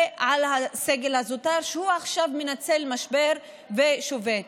על הסגל הזוטר, שהוא עכשיו מנצל משבר ושובת.